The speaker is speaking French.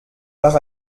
par